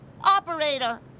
Operator